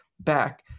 back